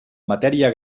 matèria